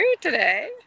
today